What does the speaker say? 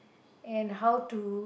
and how to